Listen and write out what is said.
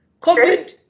COVID